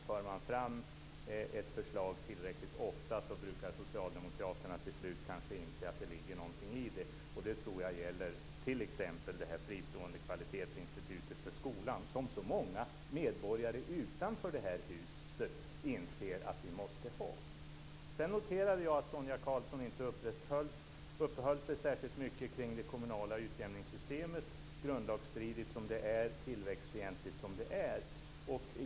För man fram ett förslag tillräckligt ofta brukar socialdemokraterna till slut inse att det ligger någonting i det. Det tror jag t.ex. gäller det fristående kvalitetsinstitutet för skolan - som så många medborgare utanför det här huset inser att vi måste ha. Sedan noterade jag att Sonia Karlsson inte uppehöll sig särskilt mycket vid det kommunala utjämningssystemet, grundlagsstridigt och tillväxtfientligt som det är.